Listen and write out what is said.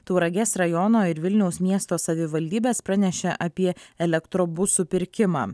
tauragės rajono ir vilniaus miesto savivaldybės pranešė apie elektrobusų pirkimą